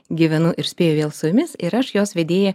gyvenu ir spėju vėl su jumis ir aš jos vedėja